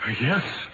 Yes